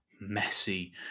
messy